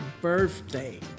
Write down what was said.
birthday